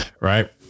Right